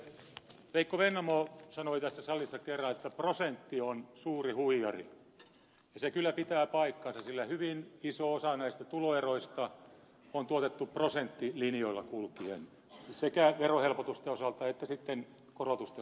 veikko vennamo sanoi tässä salissa kerran että prosentti on suuri huijari ja se kyllä pitää paikkansa sillä hyvin iso osa näistä tuloeroista on tuotettu prosenttilinjoilla kulkien sekä verohelpotusten osalta että veronkorotusten osalta